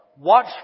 Watch